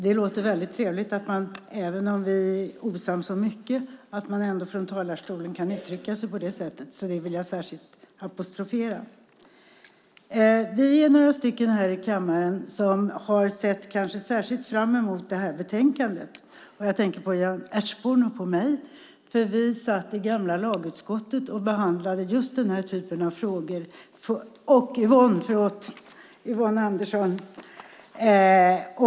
Det låter väldigt trevligt när man, även om vi är osams om mycket, från talarstolen kan uttrycka sig på det sättet. Det vill jag särskilt apostrofera. Vi är några här i kammaren som kanske har sett särskilt mycket fram emot det här betänkandet. Jag tänker på Jan Ertsborn och på mig och på Yvonne Andersson, för vi satt i det gamla lagutskottet och behandlade just den här typen av frågor.